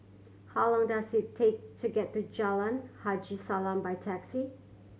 how long does it take to get to Jalan Haji Salam by taxi